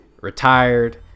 retired